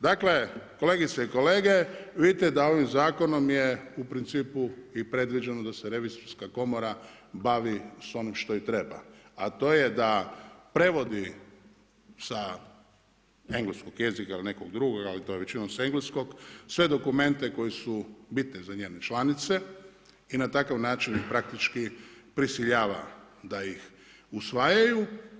Dakle, kolegice i kolege vidite da ovim zakonom je u principu i predviđeno da se Revizorska komora bavi sa onim što i treba, a to je da prevodi sa engleskog jezika ili nekog drugog, ali to je većinom sa engleskog sve dokumente koji su bitni za njene članice i na takav način praktički prisiljava da ih usvajaju.